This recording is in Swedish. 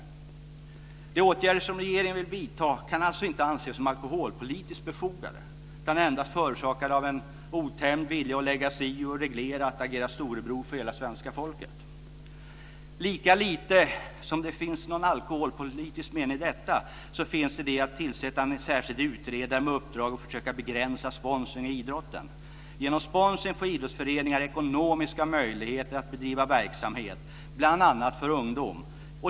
De åtgärder som regeringen vill vidta kan alltså inte anses som alkoholpolitiskt befogade, utan endast förorsakade av en otämjd vilja att lägga sig i, reglera och agera storebror för hela svenska folket. Lika lite som det finns någon alkoholpolitisk mening i detta så finns det det i att tillsätta en särskild utredare med uppdrag att försöka begränsa sponsringen i idrotten. Genom sponsring får idrottsföreningar ekonomiska möjligheter att bedriva verksamhet bl.a. för ungdom.